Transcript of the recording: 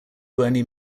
only